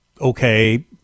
okay